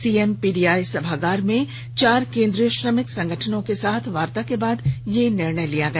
CMPDI सभागार में चार केंद्रीय श्रमिक संगठनों के साथ वार्ता के बाद यह निर्णय लिया गया